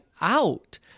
out